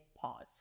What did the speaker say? pause